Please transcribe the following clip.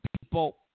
people